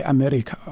America